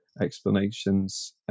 explanations